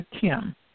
Kim